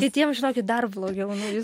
kitiem žinokit dar blogiau nu jūs